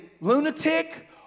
lunatic